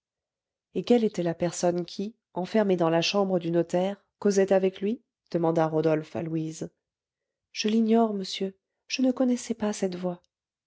et quelle était la personne qui enfermée dans la chambre du notaire causait avec lui demanda rodolphe à louise je l'ignore monsieur je ne connaissais pas cette voix